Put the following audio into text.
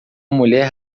mulher